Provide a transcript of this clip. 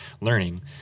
learning